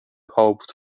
hoped